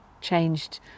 changed